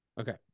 Okay